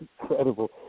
incredible